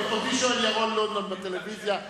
אותי שואל ירון לונדון בטלוויזיה,